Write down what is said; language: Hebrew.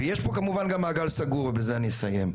ויש פה כמובן גם מעגל סגור ובזה אני אסיים,